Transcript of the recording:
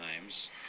times